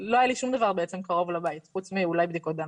שום דבר קרוב לבית, מלבד אולי בדיקות דם.